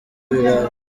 biraza